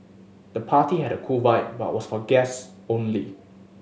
the party had a cool vibe but was for guests only